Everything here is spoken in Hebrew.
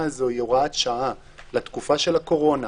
הזאת היא הוראת שעה לתקופה של הקורונה,